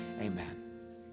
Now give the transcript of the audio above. amen